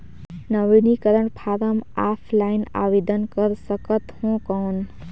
नवीनीकरण form offline आवेदन कर सकत हो कौन?